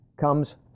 comes